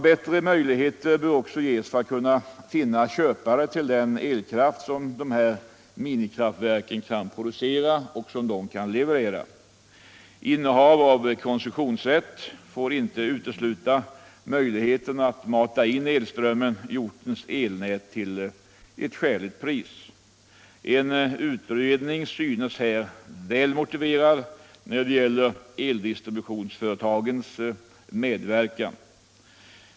Bättre möjligheter bör också ges för att finna köpare till den elkraft som minikraftverken kan producera och leverera. Innehav av koncessionsrätt får inte utesluta möljlighet att mata in elströmmen i ortens elnät till ett skäligt pris. En utredning synes här väl motiverad när det gäller eldistributionsföretagens medverkan.